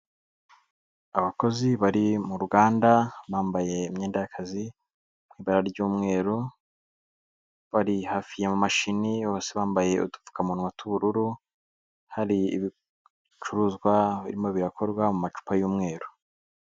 Abakozi bari mu ruganda bambaye imyenda y'akazi mu ibara ry'umweru, bari hafi y'imashini bose bambaye udupfukamunwa tw'ubururu, hari ibicuruzwa birimo birakorwa mu macupa y'umweru.